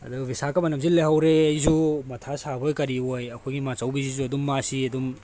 ꯑꯗꯣ ꯕꯤꯁꯀꯄꯠꯅꯝꯁꯤꯗ ꯂꯩꯍꯧꯔꯤ ꯑꯩꯁꯨ ꯃꯊꯥ ꯁꯕꯣꯏ ꯀꯔꯤꯕꯣꯏ ꯑꯩꯈꯣꯏꯒꯤ ꯃꯆꯧꯕꯤꯁꯤꯁꯨ ꯑꯗꯨꯝ ꯃꯥꯁꯤ ꯑꯁꯨꯝ